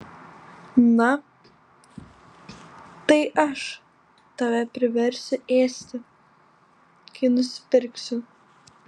na tai aš tave priversiu ėsti kai nusipirksiu